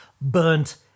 burnt